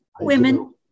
Women